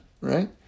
right